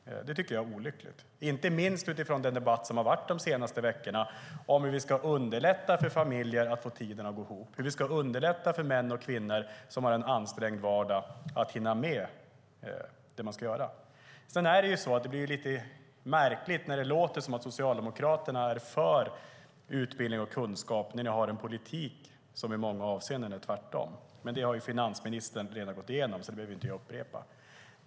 Det tycker jag är olyckligt, inte minst utifrån den debatt som varit de senaste veckorna om hur vi ska underlätta för familjer att få tiderna att gå ihop, hur vi ska underlätta för män och kvinnor som har en ansträngd vardag att hinna med det som ska göras. Det hela blir lite märkligt när det låter som om Socialdemokraterna är för utbildning och kunskap men har en politik som i många avseenden är tvärtom. Det har finansministern redan gått igenom, så det behöver jag inte upprepa.